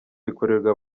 bikorerwa